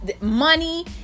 money